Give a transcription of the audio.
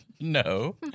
No